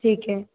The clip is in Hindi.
ठीक है